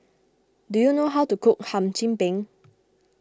do you know how to cook Hum Chim Peng